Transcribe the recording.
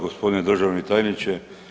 Gospodine državni tajniče.